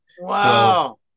Wow